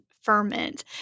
ferment